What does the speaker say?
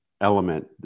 element